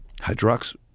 Hydrox